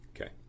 Okay